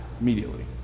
immediately